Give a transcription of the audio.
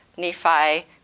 nephi